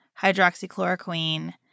hydroxychloroquine